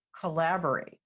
collaborate